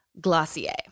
Glossier